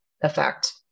effect